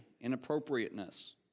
inappropriateness